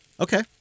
Okay